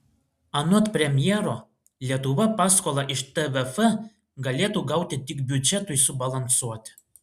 anot premjero lietuva paskolą iš tvf galėtų gauti tik biudžetui subalansuoti